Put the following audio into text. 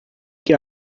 que